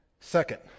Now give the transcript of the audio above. Second